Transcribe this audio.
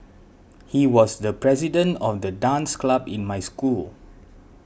he was the president of the dance club in my school